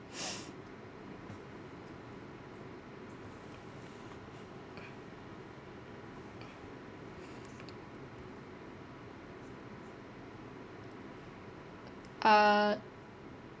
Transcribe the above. err